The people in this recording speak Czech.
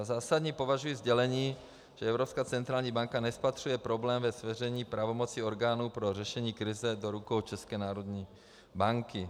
Za zásadní považuji sdělení, že Evropská centrální banka nespatřuje problém ve svěření pravomoci orgánů pro řešení krize do rukou České národní banky.